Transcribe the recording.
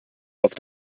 auf